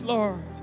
Lord